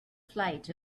flight